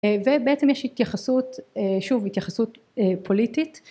ובעצם יש התייחסות, שוב, התייחסות פוליטית